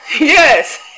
Yes